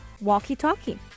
walkie-talkie